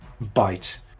bite